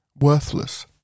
worthless